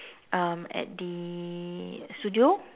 um at the studio